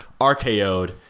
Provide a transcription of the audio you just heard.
RKO'd